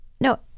No